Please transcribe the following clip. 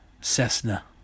Cessna